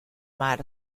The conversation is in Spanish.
mar